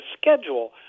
schedule